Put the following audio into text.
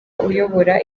uyobora